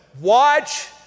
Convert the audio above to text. watch